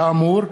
כאמור,